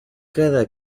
cada